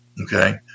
okay